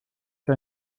der